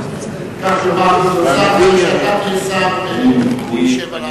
כך יאמר גדעון סער אחרי שאתה תהיה שר והוא ישב על הספסלים.